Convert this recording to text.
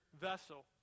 vessel